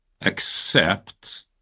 accept